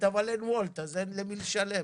אבל אין למי לשלם.